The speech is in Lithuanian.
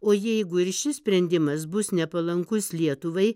o jeigu ir šis sprendimas bus nepalankus lietuvai